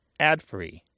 adfree